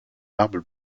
marbre